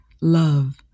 love